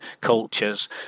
cultures